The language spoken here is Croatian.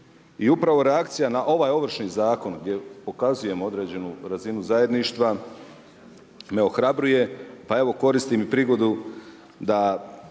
U pravo reakcija na ovaj ovršni zakon, gdje pokazujemo određenu razinu zajedništva me orobljujem, pa evo koristim i prigodu, da